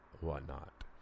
whatnot